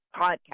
podcast